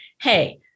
hey